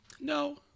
No